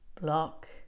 block